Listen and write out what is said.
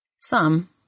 Some